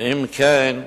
ואם כן,